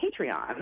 Patreon